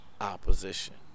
opposition